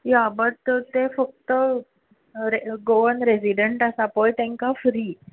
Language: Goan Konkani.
या बट ते फक्त गोवन रेसिडेंट आसा पळय तेंका फ्री